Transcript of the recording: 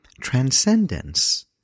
transcendence